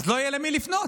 לא יהיה למי לפנות,